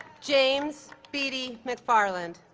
james beatty mcfarland